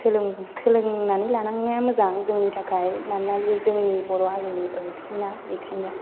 सोलोंनानै लानाया मोजां जोंनि थाखाय मानोना बेयो जोंनि बर' हारिनि ओंख्रि ना बेखायनो